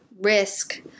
risk